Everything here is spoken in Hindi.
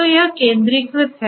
तो यह केंद्रीकृत है